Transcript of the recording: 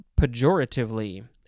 pejoratively